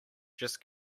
just